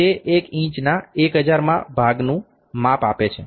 તે એક ઇંચના 1000 હજારમાં ભાગનું માપ આપે છે